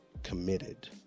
committed